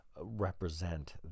represent